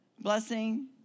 blessing